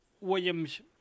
Williams